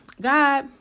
God